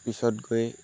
পিছত গৈ